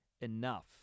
enough